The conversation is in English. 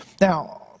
Now